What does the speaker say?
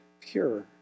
pure